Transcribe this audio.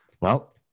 Well-